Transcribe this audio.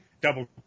Double